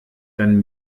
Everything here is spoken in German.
dann